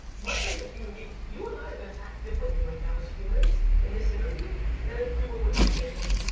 much like a human being, you and i are gonna act differently right now as humans in this interview than if we were with our family,